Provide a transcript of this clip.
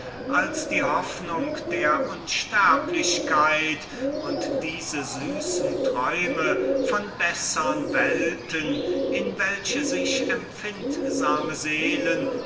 als die hoffnung der unsterblichkeit und diese süßen träume von bessern welten in welche sich empfindliche seelen